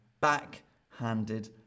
backhanded